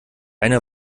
eine